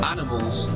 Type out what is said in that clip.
Animals